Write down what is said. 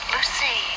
Lucy